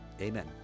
Amen